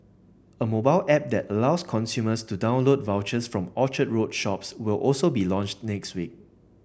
a mobile app that allows consumers to download vouchers from Orchard Road shops will also be launched next week